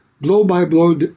blow-by-blow